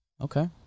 Okay